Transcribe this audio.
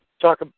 talk